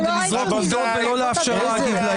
כדי לזרוק עובדות ולא לאפשר להגיב להן.